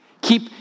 Keep